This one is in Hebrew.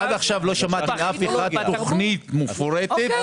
עד עכשיו לא שמעתי מאף אחד תוכנית מפורטת או